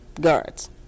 guards